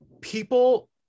People